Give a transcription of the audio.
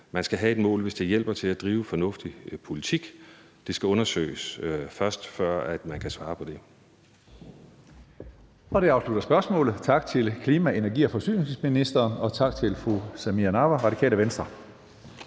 Man skal have et mål, hvis det hjælper til at drive fornuftig politik. Det skal undersøges først, før man kan svare på det.